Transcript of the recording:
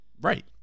Right